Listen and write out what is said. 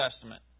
testament